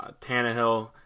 Tannehill